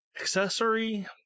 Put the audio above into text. accessory